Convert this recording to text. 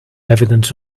evidence